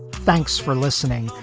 thanks for listening.